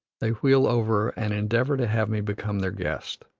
they wheel over and endeavor to have me become their guest.